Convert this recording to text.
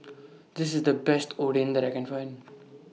This IS The Best Oden that I Can Find